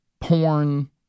porn